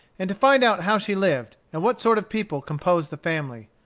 and to find out how she lived, and what sort of people composed the family.